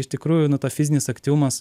iš tikrųjųnu tas fizinis aktyvumas